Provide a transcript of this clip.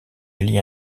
élit